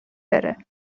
بره